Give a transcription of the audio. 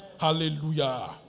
Hallelujah